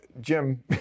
Jim